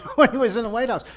when he was in the white house.